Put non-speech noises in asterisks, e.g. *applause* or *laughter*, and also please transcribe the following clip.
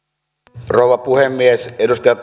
arvoisa rouva puhemies edustaja *unintelligible*